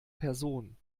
person